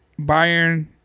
Bayern